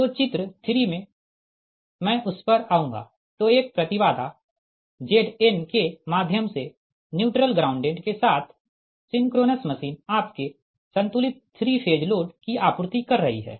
तो चित्र 3 मैं उस पर आऊंगा तो एक प्रति बाधा Zn के माध्यम से न्यूट्रल ग्राउंडेड के साथ सिंक्रोनस मशीन आपके संतुलित 3 फेज लोड की आपूर्ति कर रही है